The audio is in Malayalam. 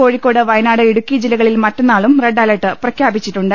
കോഴിക്കോട് വയനാട് ഇടുക്കി ജില്ലകളിൽ മറ്റന്നാളും റെഡ് അലർട്ട് പ്രഖ്യാപിച്ചിട്ടുണ്ട്